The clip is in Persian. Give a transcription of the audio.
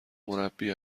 مربی